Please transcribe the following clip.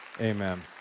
Amen